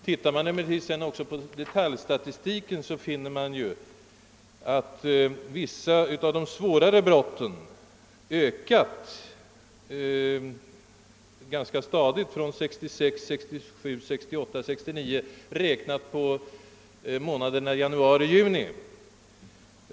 "-Om man emellertid ser även på detaljstatistiken, finner man att vissa av de svårare brotten ökat i antal ganska stadigt under åren 1966, 1967, 1968 och 1969, räknat på månaderna januari— juni.